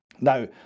Now